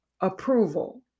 approval